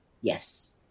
Yes